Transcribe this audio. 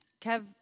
Kev